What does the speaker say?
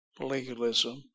legalism